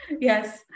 yes